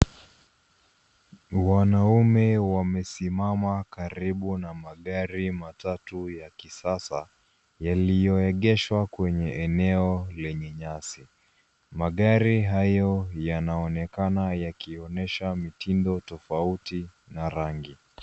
Wanaume wamesimama karibu na magari matatu ya kisasa, yaliyoegeshwa kwenye eneo lenye nyasi. Magari hayo yanaonekana yakionyesha mitindo tofauti na rangi.